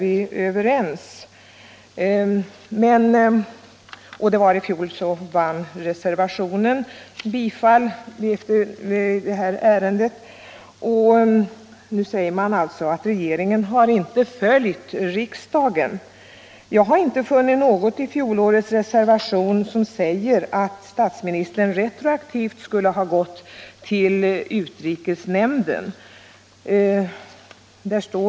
I fjol bifölls reservationen i detta ärende. I år säger man att regeringen inte följt riksdagens beslut. Jag har inte funnit något i fjolårets reservation som anger att statsministern retroaktivt skulle ha informerat utrikesnämnden eller diariefört breven.